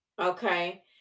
okay